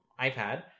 iPad